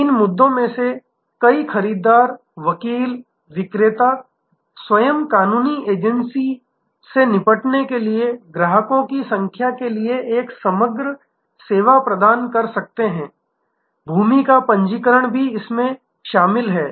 इन मुद्दों में से कई खरीदार वकील विक्रेता स्वयं कानूनी एजेंसी से निपटने के लिए ग्राहकों की संख्या के लिए एक समग्र सेवा प्रदान कर सकते हैं और भूमि का पंजीकरण भी शामिल है